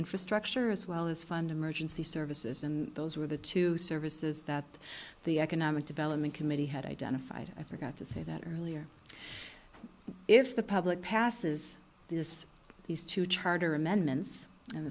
infrastructure as well as fundaments the services and those were the two services that the economic development committee had identified i forgot to say that earlier if the public passes this these two charter amendments and